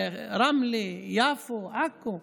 רמלה, יפו, עכו,